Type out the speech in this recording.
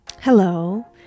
Hello